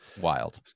Wild